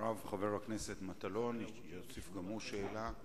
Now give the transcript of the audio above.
אחריו, חבר הכנסת מטלון יוסיף גם הוא שאלה.